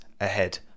ahead